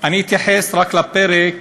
אני אתייחס רק לפרק